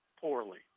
poorly